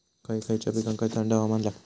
खय खयच्या पिकांका थंड हवामान लागतं?